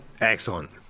Excellent